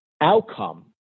outcome